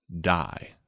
Die